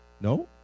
No